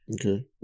Okay